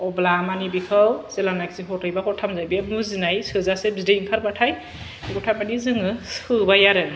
अब्ला मानि बेखौ जेलानाखि हरनै बा हरथामजों बे मुजिनाय सोजासे बिदै ओंखारबाथाय बेखौ थारमानि जोङो सोबाय आरो